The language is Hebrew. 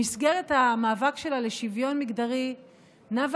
במסגרת המאבק שלה לשוויון מגדרי נאוה